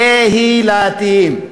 קהילתיים.